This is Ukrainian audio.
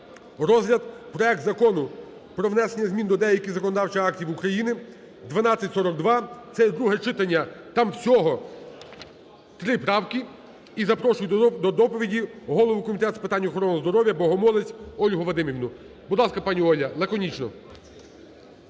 розгляд проект Закону про внесення змін до деяких законодавчих актів України (1242). Це є друге читання, там всього три правки. І запрошую до доповіді голову Комітету з питань охорони здоров'я Богомолець Ольгу Вадимівну. Будь ласка, пані Оля, лаконічно.